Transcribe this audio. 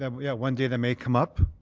um yeah one day that may come up.